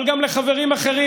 אבל גם לחברים אחרים,